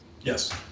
Yes